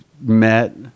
met